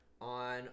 on